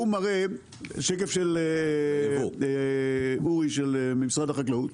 השקף של אורי ממשרד החקלאות.